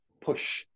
push